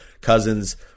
Cousins